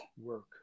Work